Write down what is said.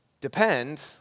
depend